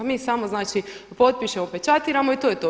Mi samo znači potpišemo, pečatiramo i to je to.